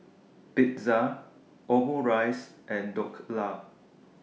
Pizza Omurice and Dhokla